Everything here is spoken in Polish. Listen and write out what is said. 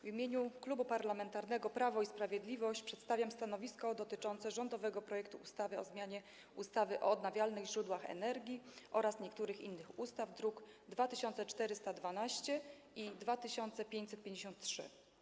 W imieniu Klubu Parlamentarnego Prawo i Sprawiedliwość przedstawiam stanowisko dotyczące rządowego projektu ustawy o zmianie ustawy o odnawialnych źródłach energii oraz niektórych innych ustaw, druki nr 2412 i 2553.